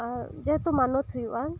ᱡᱮᱦᱮᱛᱩ ᱢᱟᱱᱚᱛ ᱦᱩᱭᱩᱜᱼᱟ